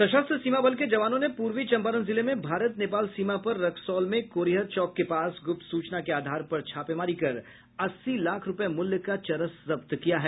सशस्त्र सीमा बल के जवानों ने पूर्वी चंपारण जिले में भारत नेपाल सीमा पर रक्सौल में कोरिहर चौक के पास गुप्त सूचना के आधार पर छापेमारी कर अस्सी लाख रूपये मूल्य का चरस जब्त किया है